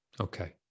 Okay